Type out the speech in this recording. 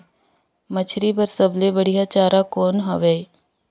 मछरी बर सबले बढ़िया चारा कौन हवय?